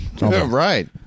Right